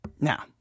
Now